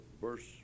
verse